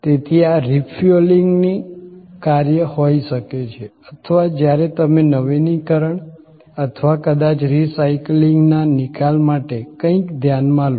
તેથી આ રિફ્યુઅલિંગનું કાર્ય હોઈ શકે છે અથવા જ્યારે તમે નવીનીકરણ અથવા કદાચ રિસાયક્લિંગના નિકાલ માટે કંઈક ધ્યાનમાં લો